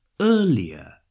earlier